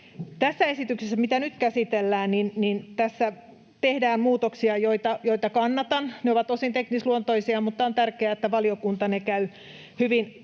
Tässä esityksessä, mitä nyt käsitellään, tehdään muutoksia, joita kannatan. Ne ovat osin teknisluontoisia, mutta on tärkeää, että valiokunta ne käy hyvin